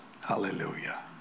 Hallelujah